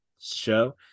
show